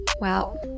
Wow